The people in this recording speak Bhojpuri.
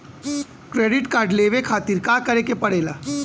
क्रेडिट कार्ड लेवे खातिर का करे के पड़ेला?